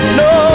no